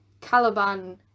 Caliban